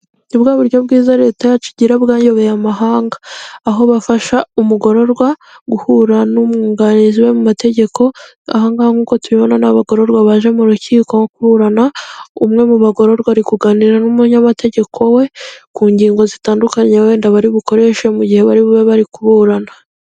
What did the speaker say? Nibwo buryo bwiza leta yacu igira bwayoboye amahanga. Aho bafasha umugororwa guhura n'umwunganizi we mu mategeko ahangaha nkuko tubibona ni abagororwa baje mu rukiko kuburana, umwe mu bagororwa ari kuganira n'umunyamategeko we ku ngingo zitandukanye wenda bari bukoreshe, mu gihe bari bube bari kuburana.